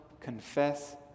confess